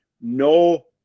no